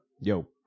Yo